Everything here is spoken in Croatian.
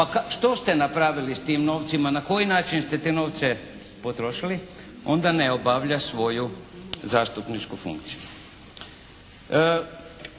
pa što ste napravili sa tim novcima, na koji način ste te novce potrošili, onda ne obavlja svoju zastupničku funkciju.